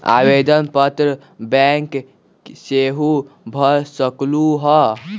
आवेदन पत्र बैंक सेहु भर सकलु ह?